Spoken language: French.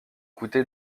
coûté